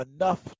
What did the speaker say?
enough